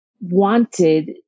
wanted